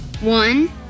One